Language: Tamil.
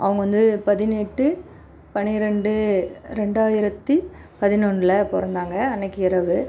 அவங்க வந்து பதினெட்டு பனிரெண்டு ரெண்டாயிரத்து பதினொன்றுல பிறந்தாங்க அன்னைக்கு இரவு